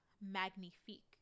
magnifique